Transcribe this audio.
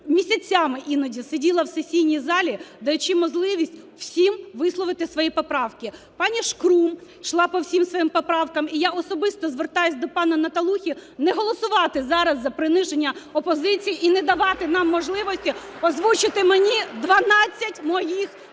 місяцями іноді сиділа в сесійній залі, даючи можливість всім висловити свої поправки. Пані Шкрум ішла по всім своїм поправкам. І я особисто звертаюсь до пана Наталухи не голосувати зараз за приниження опозиції і не давати нам можливості озвучити мені дванадцять